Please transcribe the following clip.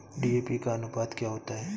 DAP का अनुपात क्या होता है?